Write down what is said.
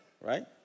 right